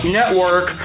network